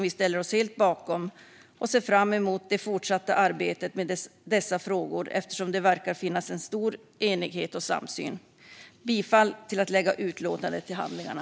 Vi ställer oss helt bakom den och ser fram emot det fortsatta arbetet med dessa frågor, eftersom det verkar finnas stor enighet och samsyn. Jag yrkar bifall till att lägga utlåtandet till handlingarna.